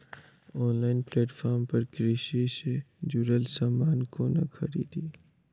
Online platform पर कृषि सँ जुड़ल समान कोना खरीदी?